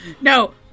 no